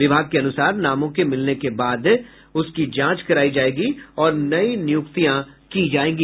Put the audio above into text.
विभाग के अनुसार नामों के मिलने के बाद उसकी जांच करायी जायेगी और नई नियुक्तियां की जायेगी